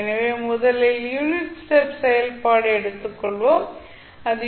எனவே முதலில் unit step செயல்பாடு எடுத்துக்கொள்வோம் அது